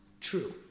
true